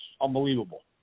unbelievable